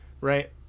right